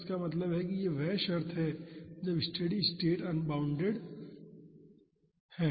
इसका मतलब है कि यह वह शर्त है जब स्टेडी स्टेट अनबॉउंडेड है